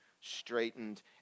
straightened